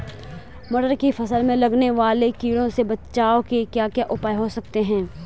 मटर की फसल में लगने वाले कीड़ों से बचाव के क्या क्या उपाय हो सकते हैं?